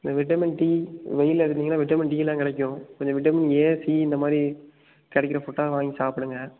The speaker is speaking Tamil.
விட்டமின் டி வெயிலில் இருந்திங்கனால் விட்டமின் டியெலாம் கிடைக்கும் கொஞ்சம் விட்டமின் ஏ சி இந்த மாதிரி கிடைக்கிற ஃபுரூட்டாக வாங்கி சாப்பிடுங்க